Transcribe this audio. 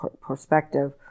perspective